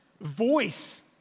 voice